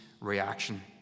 reaction